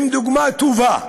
הם דוגמה טובה לנדון,